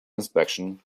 inspection